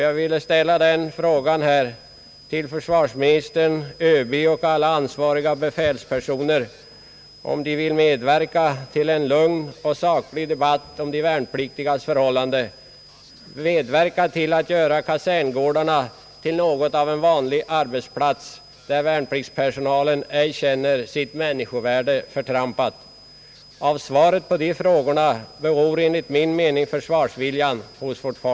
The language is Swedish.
Jag vill fråga försvarsministern, ÖB och alla ansvariga befälspersoner, om de vill medverka till en lugn och saklig debatt om de värnpliktigas förhållanden, medverka till att göra kaserngårdarna till något av vanliga arbetsplatser, där den värnpliktiga personalen ej känner sitt människovärde förtrampat. Försvarsviljan hos vårt folk är enligt min mening beroende av svaret på dessa frågor.